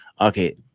okay